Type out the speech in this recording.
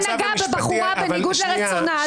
שנגע בבחורה בניגוד לרצונה,